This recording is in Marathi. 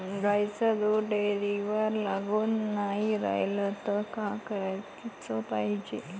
गाईचं दूध डेअरीवर लागून नाई रायलं त का कराच पायजे?